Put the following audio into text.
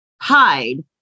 hide